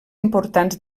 importants